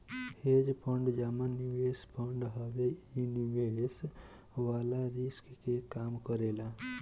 hedge fund जमा निवेश fund हवे इ निवेश वाला रिस्क के कम करेला